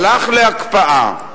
הלך להקפאה,